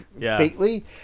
faintly